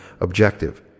objective